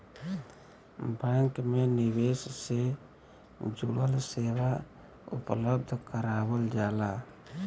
bank में निवेश से जुड़ल सेवा उपलब्ध करावल जाला